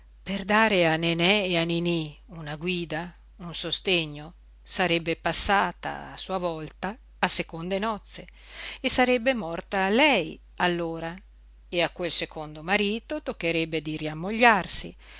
per dare a nenè e a niní una guida un sostegno sarebbe passata a sua volta a seconde nozze e sarebbe morta lei allora e a quel secondo marito toccherebbe di riammogliarsi e